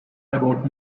about